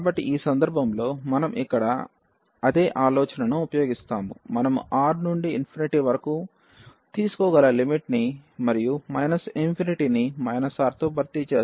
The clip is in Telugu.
కాబట్టి ఈ సందర్భంలో మనం ఇక్కడ అదే ఆలోచనను ఉపయోగిస్తాము మనము R నుండి వరకు తీసుకోగల లిమిట్ ని మరియు ని R తో భర్తీ చేస్తాము